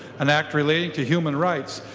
an act relating to human rights.